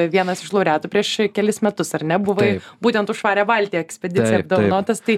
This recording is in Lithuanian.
vienas iš laureatų prieš kelis metus ar ne buvai būtent už švarią baltiją ekspediciją apdovanotas tai